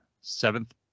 Seventh